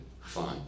Fine